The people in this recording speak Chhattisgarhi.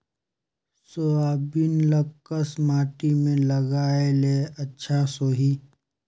सोयाबीन ल कस माटी मे लगाय ले अच्छा सोही?